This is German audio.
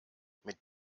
mit